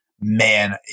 man